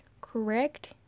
correct